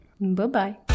Bye-bye